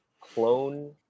clone